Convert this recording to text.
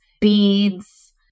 beads